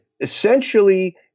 essentially